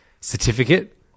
certificate